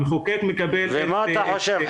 מה אתה חושב,